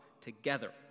together